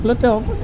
বোলে তেওঁক